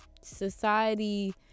society